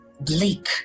bleak